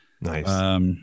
Nice